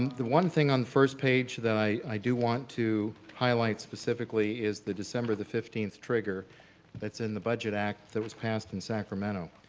the one thing on the first page that i do want to highlight specifically is the december fifteenth trigger that's in the budget act that was passed in sacramento.